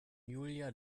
julia